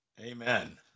Amen